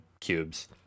cubes